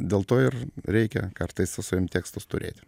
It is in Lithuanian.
dėl to ir reikia kartais su savimi tekstus turėt